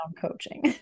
coaching